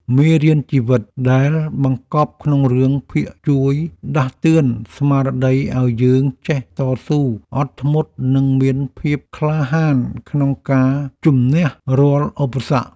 មេរៀនជីវិតដែលបង្កប់ក្នុងរឿងភាគជួយដាស់តឿនស្មារតីឱ្យយើងចេះតស៊ូអត់ធ្មត់និងមានភាពក្លាហានក្នុងការជម្នះរាល់ឧបសគ្គ។